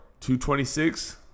226